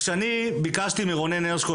כשאני ביקשתי מרונן הרשקו,